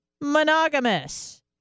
monogamous